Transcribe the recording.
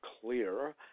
clear